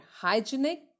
hygienic